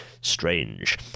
strange